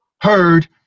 heard